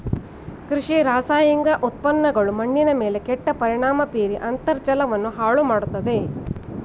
ಕೃಷಿ ರಾಸಾಯನಿಕ ಉತ್ಪನ್ನಗಳು ಮಣ್ಣಿನ ಮೇಲೆ ಕೆಟ್ಟ ಪರಿಣಾಮ ಬೀರಿ ಅಂತರ್ಜಲವನ್ನು ಹಾಳು ಮಾಡತ್ತದೆ